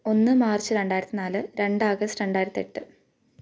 ഒന്ന് മാർച്ച് രണ്ടായിരത്തി നാല് രണ്ട് ആഗസ്റ്റ് രണ്ടായിരത്തെട്ട്